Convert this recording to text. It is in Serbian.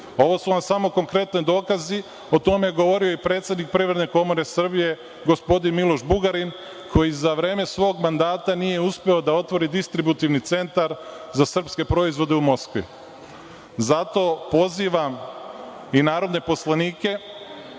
Ovo su vam samo konkretni dokazi. O ovome je govorio i predsednik Privredne komore Srbije, gospodin Miloš Bugarin, koji za vreme svog mandata nije uspeo da otvori distributivni centar za srpske proizvode u Moskvi. Zato pozivan i narodne poslanike